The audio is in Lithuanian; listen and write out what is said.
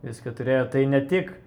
viską turėjo tai ne tik